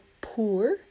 pour